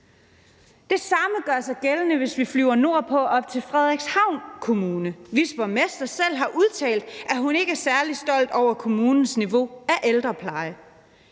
Det samme gør sig gældende, hvis vi flyver nordpå op til Frederikshavn Kommune, hvis borgmester selv har udtalt, at hun ikke er særlig stolt af kommunens niveau af ældrepleje.